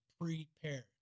prepared